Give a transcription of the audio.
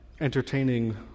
entertaining